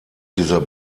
dieser